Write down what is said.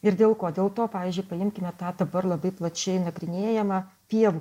ir dėl ko dėl to pavyzdžiui paimkime tą dabar labai plačiai nagrinėjamą pievų